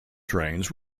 trains